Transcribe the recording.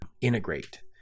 integrate